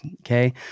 okay